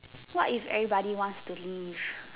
what if everybody wants to be